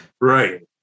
Right